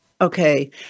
okay